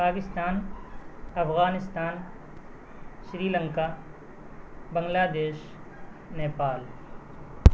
Pakistan Afghanistan Sri Lanka Bangladesh Nepal